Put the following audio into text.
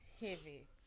Heavy